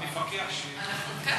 כן.